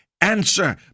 answer